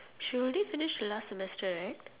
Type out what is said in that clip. she already finish the last semester right